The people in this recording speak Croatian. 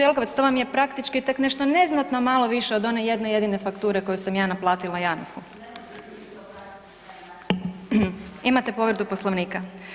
Jelkovac, to vam je praktički tek nešto neznatno malo više od one jedne jedine fakture koju sam ja naplatila Janafu. … [[Upadica iz klupe se ne razumije]] Imate povredu Poslovnika.